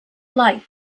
light